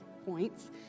points